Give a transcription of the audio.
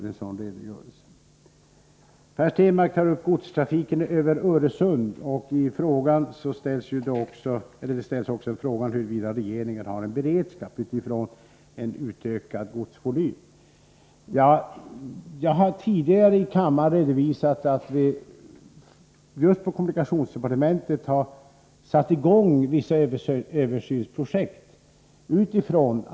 Per Stenmarck tar upp frågan om godstrafiken över Öresund och undrar om regeringen har beredskap för en utökad godsvolym. Jag har tidigare i kammaren redovisat att vi inom kommunikationsdepartementet har satt i gång vissa översynsprojekt.